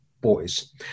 boys